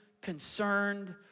concerned